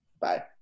Bye